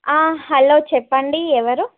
hello చెప్పండి ఎవరు